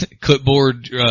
clipboard